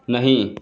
नहीं